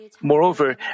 Moreover